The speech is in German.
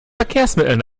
verkehrsmitteln